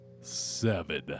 seven